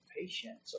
patience